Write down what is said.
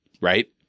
right